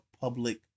public